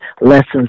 lessons